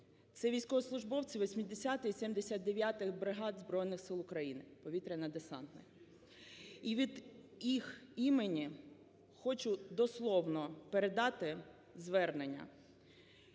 це військовослужбовці 80 і 79 бригад Збройних Сил України, повітряно-десантних. І від їх імені хочу дословно передати звернення